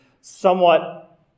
somewhat